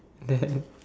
then